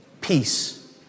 peace